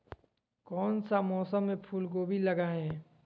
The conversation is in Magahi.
कौन सा मौसम में फूलगोभी लगाए?